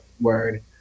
word